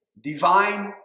divine